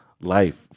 life